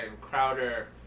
Crowder